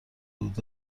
بود